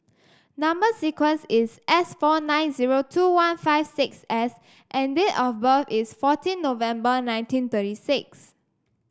number sequence is S four nine zero two one five six S and date of birth is fourteen November nineteen thirty six